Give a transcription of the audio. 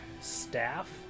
staff